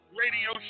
radio